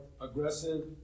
aggressive